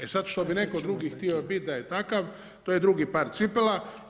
E sada što bi neko drugi htio biti da je takav, to je drugi par cipela.